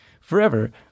forever